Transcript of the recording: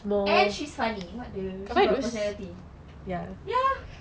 and she's funny [what] the she got personality ya